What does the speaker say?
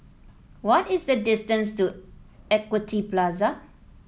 what is the distance to Equity Plaza